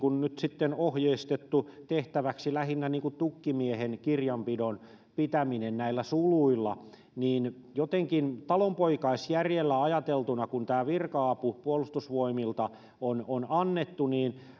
ohjeistettu tehtäväksi lähinnä niin kuin tukkimiehen kirjanpidon pitäminen näillä suluilla eli jotenkin talonpoikaisjärjellä ajateltuna kun tämä virka apu puolustusvoimilta on on annettu